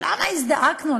למה הזדעקנו?